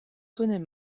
connaît